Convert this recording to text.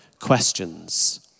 questions